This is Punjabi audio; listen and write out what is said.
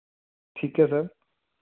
ਠੀਕ ਆ ਸਰ